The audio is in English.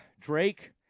Drake